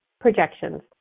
projections